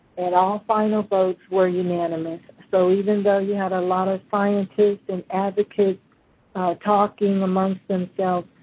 and all final votes were unanimous. so, even though you had a lot of scientists and advocates talking amongst themselves,